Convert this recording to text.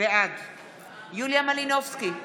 בעד יוליה מלינובסקי קונין,